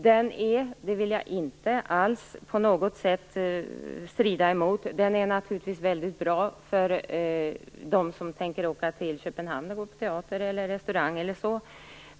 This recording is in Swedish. Den är naturligtvis - det vill jag inte på något sätt strida emot - väldigt bra för dem som tänker åka till Köpenhamn och gå på teater, restaurang eller liknande.